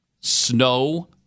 snow